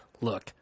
look